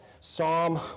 Psalm